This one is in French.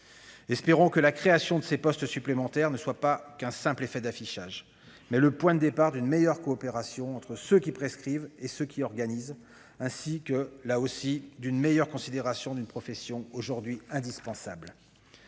Espérons que la création de ces postes supplémentaires sera non pas un simple effet d'affichage, mais le point de départ d'une meilleure coopération entre ceux qui prescrivent et ceux qui organisent, ainsi que d'une plus grande considération pour une profession aujourd'hui indispensable.